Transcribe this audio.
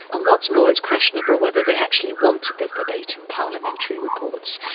and what's more, it's questionable whether they actually wanted the verbatim parliamentary reports.